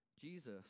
jesus